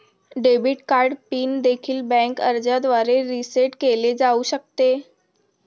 debit card pin देखील bank अर्जाद्वारे reset केले जाऊ शकते